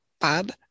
Bob